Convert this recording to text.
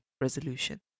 resolution